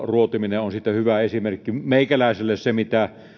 ruotiminen on siitä hyvä esimerkki meikäläiselle se mitä